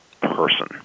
person